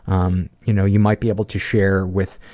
um, you know, you might be able to share with,